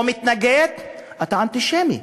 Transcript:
או מתנגד, אתה אנטישמי,